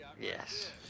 Yes